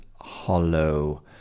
hollow